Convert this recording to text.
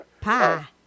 Pie